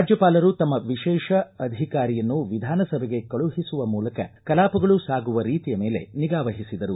ರಾಜ್ಯಪಾಲರು ತಮ್ಮ ವಿಶೇಷ ಅಧಿಕಾರಿಯನ್ನು ವಿಧಾನಸಭೆಗೆ ಕಳುಹಿಸುವ ಮೂಲಕ ಕಲಾಪಗಳು ಸಾಗುವ ರೀತಿಯ ಮೇಲೆ ನಿಗಾ ವಹಿಸಿದರು